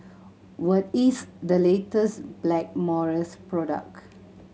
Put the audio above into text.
what is the latest Blackmores product